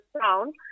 sound